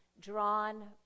drawn